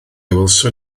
welsom